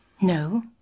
No